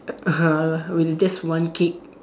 with just one kick